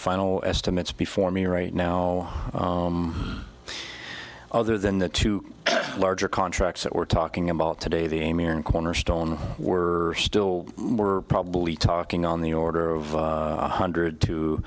final estimates before me right now other than the two larger contracts that we're talking about today the emir and cornerstone were still we're probably talking on the order of one hundred two